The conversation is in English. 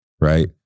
right